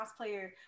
cosplayer